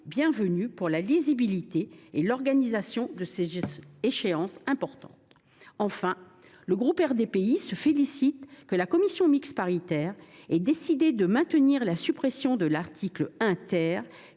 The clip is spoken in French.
bienvenue pour la lisibilité et l’organisation de ces échéances importantes. Enfin, le groupe RDPI se félicite que la commission mixte paritaire ait décidé de maintenir la suppression de l’article 1,